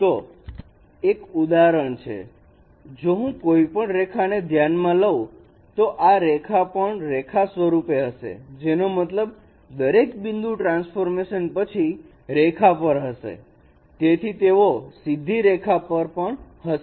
તો એક ઉદાહરણ છે જો હું કોઈપણ રેખાને ધ્યાન માં લવ તો આ રેખા પણ રેખા સ્વરૂપે હશે જેનો મતલબ દરેક બિંદુ ટ્રાન્સફોર્મેશન પછી રેખા પર હશે તેઓ સીધી રેખા પર પણ હશે